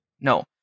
No